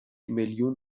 میلیون